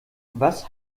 was